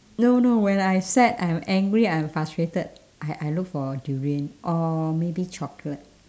no no when I sad I am angry I am frustrated I I look for durian or maybe chocolate